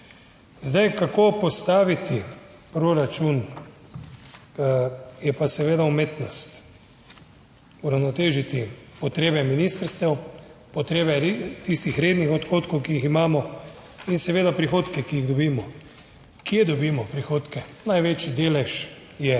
Zdaj kako postaviti proračun je pa seveda umetnost uravnotežiti potrebe ministrstev, potrebe tistih rednih odhodkov, ki jih imamo in seveda prihodke, ki jih dobimo. Kje dobimo prihodke? Največji delež je